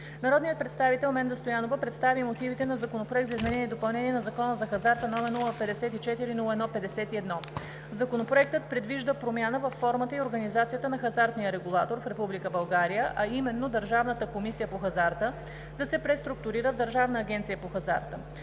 Народният представител Менда Стоянова представи мотивите на Законопроект за изменение и допълнение на Закона за хазарта, № 054-01-51. Законопроектът предвижда промяна във формата и организацията на хазартния регулатор в Република България, а именно Държавната комисия по хазарта да се преструктурира в Държавна агенция по хазарта.